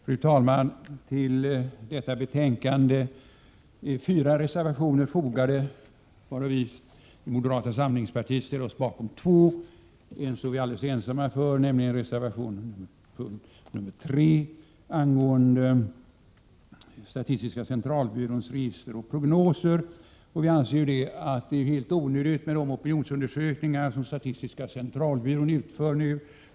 Fru talman! Till detta betänkande är fyra reservationer fogade av vilka moderata samlingspartiet ställer sig bakom två. En av dem är vi ensamma om, nämligen reservation 3 angående statistiska centralbyråns register och prognoser. Vi anser att det är helt onödigt med de opinionsundersökningar som statistiska centralbyrån vill utföra.